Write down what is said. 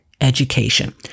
education